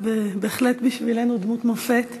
את בהחלט בשבילנו דמות מופת.